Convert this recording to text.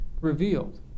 revealed